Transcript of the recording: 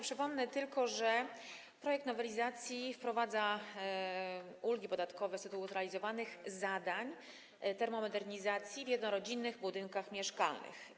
Przypomnę tylko, że projekt nowelizacji wprowadza ulgi podatkowe z tytułu zrealizowanych zadań w zakresie termomodernizacji w jednorodzinnych budynkach mieszkalnych.